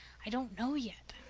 i don't know yet.